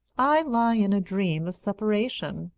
i lie in a dream of separation,